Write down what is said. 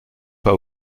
pas